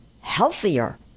healthier